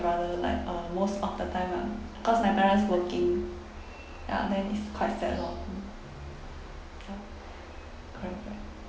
brother like uh most of the time lah cause my parents working ya then is quite sad lor kay lor correct correct